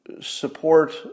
support